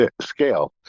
scale